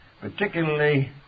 particularly